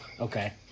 Okay